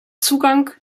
zugang